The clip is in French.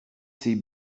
ces